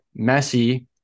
Messi